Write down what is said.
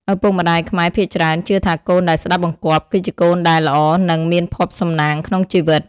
ឪពុកម្តាយខ្មែរភាគច្រើនជឿថាកូនដែលស្ដាប់បង្គាប់ គឺជាកូនដែល "ល្អ" និង "មានភ័ព្វសំណាង" ក្នុងជីវិត។